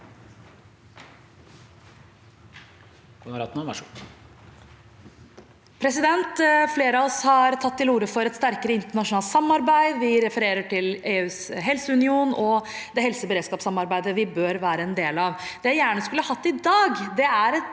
Flere av oss har tatt til orde for et sterkere internasjonalt samarbeid. Vi refererer til EUs helseunion og helseberedskapssamarbeidet vi bør være en del av. Det jeg gjerne skulle hatt i dag, er et